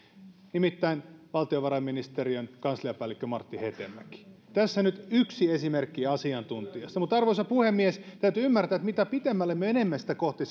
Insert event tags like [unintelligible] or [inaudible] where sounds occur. nimittäin valtiovarainministeriön kansliapäällikkö martti hetemäki tässä nyt yksi esimerkki asiantuntijasta mutta arvoisa puhemies täytyy ymmärtää että mitä pidemmälle menemme kohti [unintelligible]